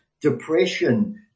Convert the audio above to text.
depression